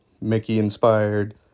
Mickey-inspired